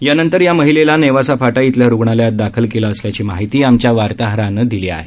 यानंतर या महिलेला नेवासा फाटा इथल्या रुग्णालयात दाखल केलं असल्याची माहिती आमच्या वार्ताहरानं कळवली आहे